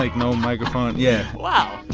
like no microphone. yeah wow